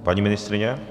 Paní ministryně?